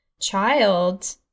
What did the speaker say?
child